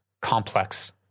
complex